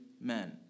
men